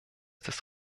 des